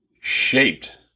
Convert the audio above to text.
shaped